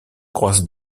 croisent